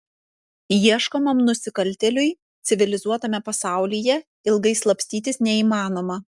ieškomam nusikaltėliui civilizuotame pasaulyje ilgai slapstytis neįmanoma